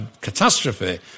catastrophe